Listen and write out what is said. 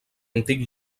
antic